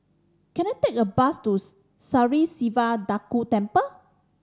can I take a bus to Sri Siva Durga Temple